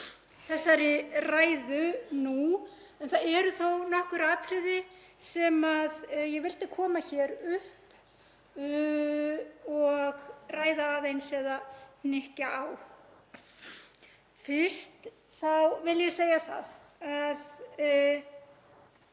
þessari ræðu nú en það eru þó nokkur atriði sem ég vildi koma hér upp og ræða aðeins eða hnykkja á. Fyrst vil ég segja það